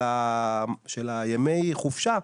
של ימי החופשה,